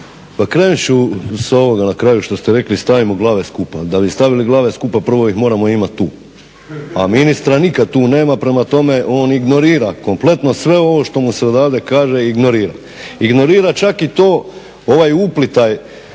Pa krenut ću sa ovoga na kraju što ste rekli stavimo glave skupa. Da bi stavili glave skupa prvo ih moramo imati tu, a ministra nikad tu nema. Prema tome, on ignorira kompletno sve ovo što mu se odavde kaže ignorira. Ignorira čak i to ovaj uplitaj